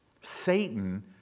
Satan